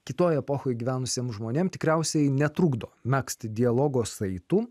kitoj epochoj gyvenusiem žmonėm tikriausiai netrukdo megzti dialogo saitų